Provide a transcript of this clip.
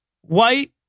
white